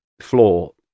floor